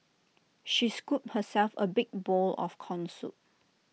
she scooped herself A big bowl of Corn Soup